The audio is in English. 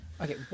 Okay